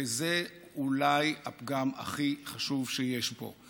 וזה אולי הפגם הכי חשוב שיש פה,